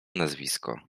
nazwisko